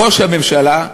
ראש הממשלה,